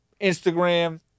Instagram